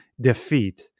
defeat